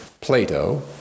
Plato